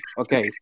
okay